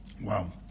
Wow